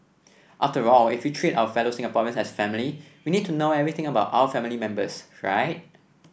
after all if we treat our fellow Singaporeans as family we need to know everything about our family members right